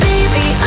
Baby